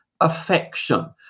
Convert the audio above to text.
affection